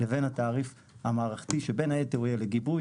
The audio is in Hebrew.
לבין התעריף המערכתי שבין היתר הוא יהיה לגיבוי,